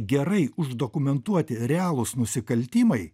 gerai uždokumentuoti realūs nusikaltimai